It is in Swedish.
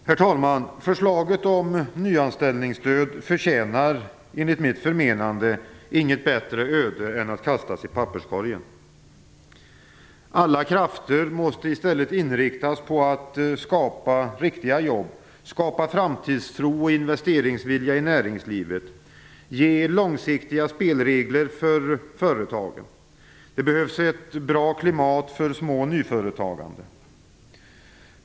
Herr talman! Förslaget om nyanställningsstöd förtjänar, enligt mitt förmenande, inget bättre öde än att kastas i papperskorgen. Alla krafter måste i stället inriktas på att skapa riktiga jobb, framtidstro och investeringsvilja i näringslivet samt ge långsiktiga spelregler för företagen. Det behövs ett bra klimat för små och nyföretagande.